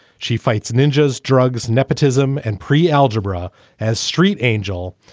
she fights ninjas, drugs, nepotism and pre-algebra as street angel.